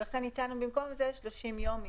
אלא 30 יום.